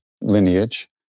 lineage